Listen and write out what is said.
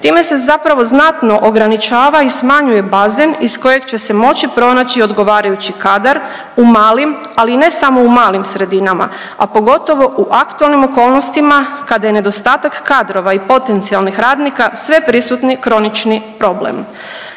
Time se zapravo znatno ograničava i smanjuje bazen iz kojeg će se moći pronaći odgovarajući kadar u malim, ali i ne samo u malim sredinama, a pogotovo u aktualnim okolnostima kada je nedostatak kadrova i potencijalnih radnika sveprisutni kronični problem.